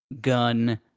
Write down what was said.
gun